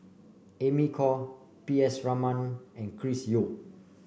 Amy Khor P S Raman and Chris Yeo